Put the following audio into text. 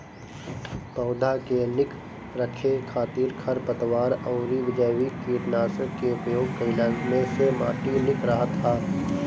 पौधा के निक रखे खातिर खरपतवार अउरी जैविक कीटनाशक के उपयोग कईला से माटी निक रहत ह